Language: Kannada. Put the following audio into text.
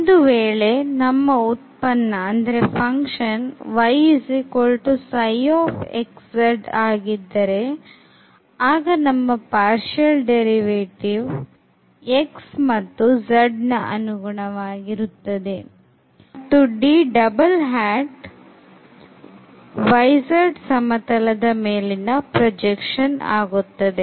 ಒಂದು ವೇಳೆ ನಮ್ಮ ಉತ್ಪನ್ನ yψxzಆಗಿದ್ದರೆ ಆಗ ನಮ್ಮ partial derivative x ಮತ್ತು zನ ಅನುಗುಣವಾಗಿರುತ್ತದೆ ಮತ್ತು D yz ಸಮತಲದ ಮೇಲಿನ ಪ್ರೊಜೆಕ್ಷನ್ ಆಗುತ್ತದೆ